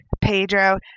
Pedro